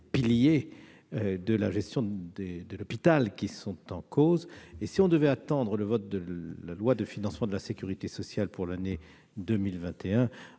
piliers de la gestion de l'hôpital qui sont en cause. Si l'on devait attendre le vote de la loi de financement de la sécurité sociale pour 2021,